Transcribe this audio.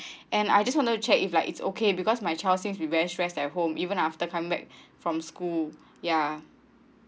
and I just wanted to check if like it's okay because my child since be very stress at home even after coming back from school ya